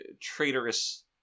traitorous